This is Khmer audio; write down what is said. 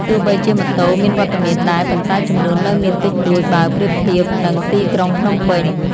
ទោះបីជាម៉ូតូមានវត្តមានដែរ ប៉ុន្តែចំនួននៅមានតិចតួចបើប្រៀបធៀបនឹងទីក្រុងភ្នំពេញ។